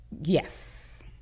Yes